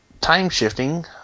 time-shifting